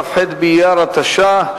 כ"ח באייר התש"ע,